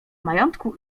majątku